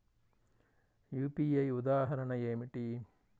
UPI ఉదాహరణ ఏమిటి?